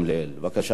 אדוני,